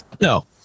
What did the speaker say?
No